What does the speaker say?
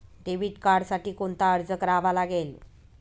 Debit कार्डसाठी कोणता अर्ज करावा लागेल?